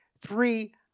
three